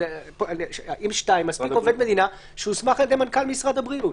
אז מספיק עובד מדינה שהוסמך על ידי מנכ"ל משרד הבריאות,